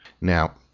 Now